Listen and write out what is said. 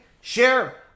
share